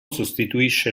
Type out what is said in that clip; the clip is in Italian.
sostituisce